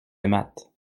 aimâtes